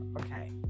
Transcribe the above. Okay